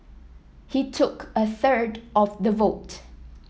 he took a third of the vote